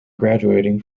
graduating